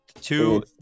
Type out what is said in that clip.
two